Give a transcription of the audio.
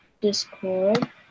Discord